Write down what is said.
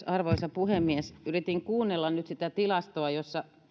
arvoisa puhemies yritin kuunnella nyt sitä tilastoa jossa